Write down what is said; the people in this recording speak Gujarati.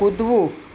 કૂદવું